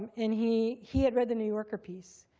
and he he had read the new yorker piece,